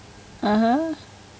(uh huh)